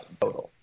total